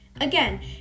again